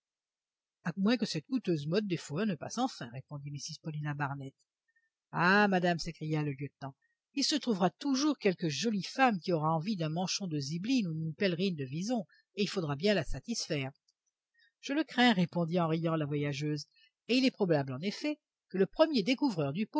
à moins que cette coûteuse mode des fourrures ne passe enfin répondit mrs paulina barnett ah madame s'écria le lieutenant il se trouvera toujours quelque jolie femme qui aura envie d'un manchon de zibeline ou d'une pèlerine de wison et il faudra bien la satisfaire je le crains répondit en riant la voyageuse et il est probable en effet que le premier découvreur du